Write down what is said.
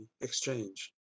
exchange